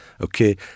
Okay